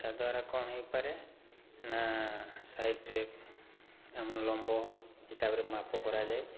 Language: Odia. ତା' ଦ୍ୱାରା କ'ଣ ହେଇପାରେ ନା ସାଇଟ୍ରେ ଆମ ଲମ୍ବ ହିସାବରେ ମାପ କରାଯାଏ